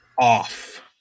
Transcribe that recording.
off